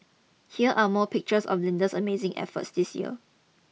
here are more pictures of Linda's amazing effort this year